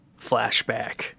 flashback